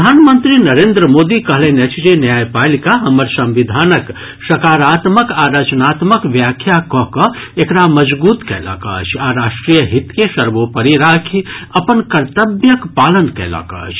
प्रधानमंत्री नरेन्द्र मोदी कहलनि अछि जे न्यायपालिका हमर संविधानक सकारात्मक आ रचनात्मक व्याख्या कऽकऽ एकरा मजगूत कयलक अछि आ राष्ट्रीय हित के सर्वोपरि राखि अपन कर्तव्यक पालन कयलक अछि